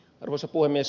arvoisa puhemies